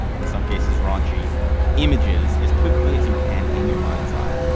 in some cases, raunchy images as quickly as you can in your mind's eye.